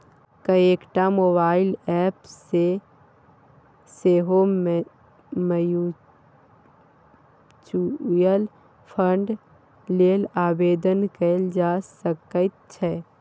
कएकटा mobile app सँ सेहो म्यूचुअल फंड लेल आवेदन कएल जा सकैत छै